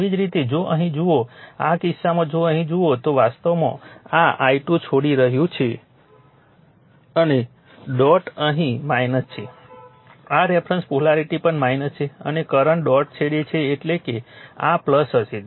તેવી જ રીતે જો અહીં જુઓ આ કિસ્સામાં જો અહીં જુઓ તો વાસ્તવમાં આ i2 ડોટ છોડી રહ્યું છે અને ડોટ અહીં છે આ રેફરન્સ પોલારિટી પણ છે અને કરંટ ડોટ છેડે છે એટલે કે આ હશે